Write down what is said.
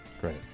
Great